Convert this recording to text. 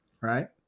right